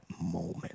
moment